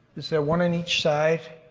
is there one on each side?